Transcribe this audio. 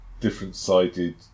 different-sided